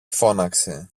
φώναξε